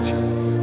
Jesus